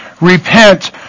repent